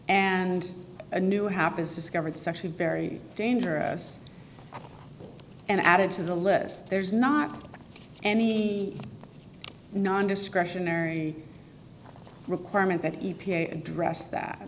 and a new happens discovered such a very dangerous and added to the list there's not any non discretionary requirement that e p a address that